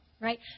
right